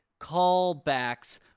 callbacks